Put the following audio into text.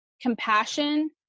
compassion